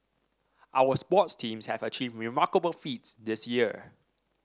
our sports teams have achieved remarkable feats this year